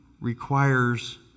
requires